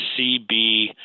CB